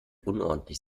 unordentlich